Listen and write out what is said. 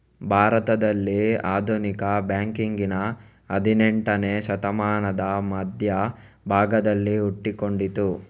ಭಾರತದಲ್ಲಿ ಆಧುನಿಕ ಬ್ಯಾಂಕಿಂಗಿನ ಹದಿನೇಂಟನೇ ಶತಮಾನದ ಮಧ್ಯ ಭಾಗದಲ್ಲಿ ಹುಟ್ಟಿಕೊಂಡಿತು